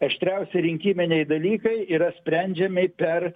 aštriausi rinkiminiai dalykai yra sprendžiami per